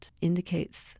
indicates